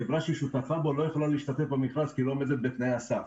החברה ששותפה לא יכולה להשתתף במכרז כי היא לא עומדת בתנאי המכרז.